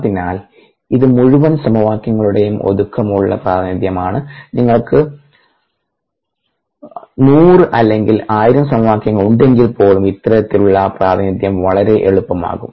അതിനാൽ ഇത് മുഴുവൻ സമവാക്യങ്ങളുടെയും ഒതുക്കമുള്ള പ്രാതിനിധ്യമാണ് നിങ്ങൾക്ക് 100s അല്ലെങ്കിൽ 1000s സമവാക്യങ്ങൾ ഉണ്ടെങ്കിൽപ്പോലും ഇത്തരത്തിലുള്ള പ്രാതിനിധ്യം വളരെ എളുപ്പമാകും